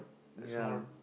ya